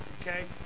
Okay